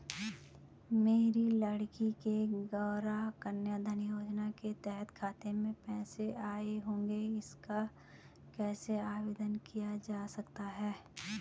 मेरी लड़की के गौंरा कन्याधन योजना के तहत खाते में पैसे आए होंगे इसका कैसे आवेदन किया जा सकता है?